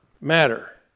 matter